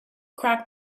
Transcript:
crack